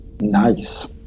Nice